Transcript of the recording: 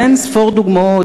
ואין-ספור דוגמאות,